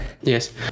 Yes